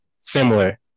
similar